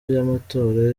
y’amatora